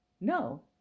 No